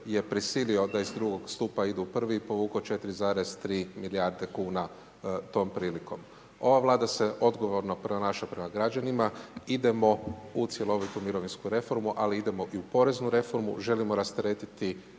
da iz II. stupa idu u I. i povuko 4,2 milijarde kuna tom prilikom. Ova Vlada se odgovorno ponaša prema građanima, idemo u cjelovitu mirovinsku reformu, ali idemo i u poreznu reformu. Želimo rasteretiti